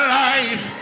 life